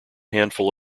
handful